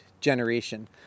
generation